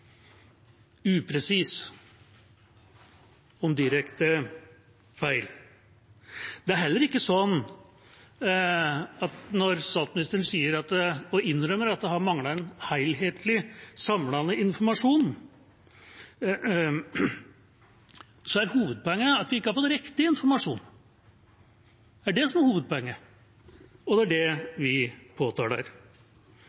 upresis hadde hun vært da, upresis om direkte feil. Når statsministeren sier, og innrømmer, at det har manglet en helhetlig, samlende informasjon, er hovedpoenget at vi ikke har fått riktig informasjon. Det er det som er hovedpoenget, og det er det